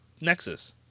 Nexus